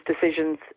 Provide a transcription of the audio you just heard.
decisions